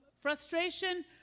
frustration